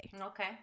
Okay